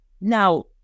Now